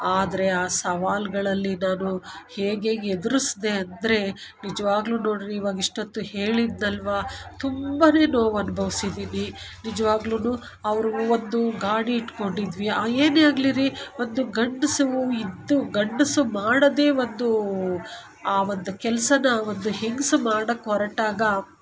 ಆದರೆ ಆ ಸವಾಲುಗಳಲ್ಲಿ ನಾನು ಹೇಗೆ ಎದುರಿಸ್ದೇ ಅಂದರೆ ನಿಜವಾಗ್ಲೂ ನೋಡ್ರಿ ಇವಾಗ ಇಷ್ಟೊತ್ತು ಹೇಳಿದ್ನಲ್ವ ತುಂಬಾ ನೋವು ಅನುಭವಿಸಿದ್ದೀನಿ ನಿಜವಾಗ್ಲೂ ಅವರು ಒಂದು ಗಾಡಿ ಇಟ್ಕೊಂಡಿದ್ವಿ ಏನೆ ಆಗಲಿ ರೀ ಒಂದು ಗಂಡಸು ಇದ್ದು ಗಂಡಸು ಮಾಡೋದೇ ಒಂದು ಆ ಒಂದು ಕೆಲಸನಾ ಆ ಒಂದು ಹೆಂಗ್ಸು ಮಾಡೋಕ್ ಹೊರಟಾಗ